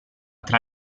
tra